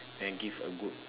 and give a good